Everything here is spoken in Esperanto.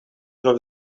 nov